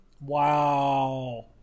Wow